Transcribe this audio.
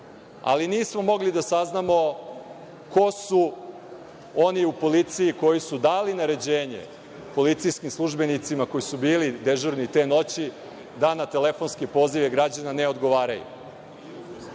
Ali, nismo mogli da saznamo ko su oni u policiji koji su dali naređenje policijskim službenicima koji su bili dežurni te noći da na telefonske pozive građana ne odgovaraju.U